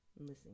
Listen